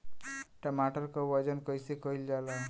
टमाटर क वजन कईसे कईल जाला?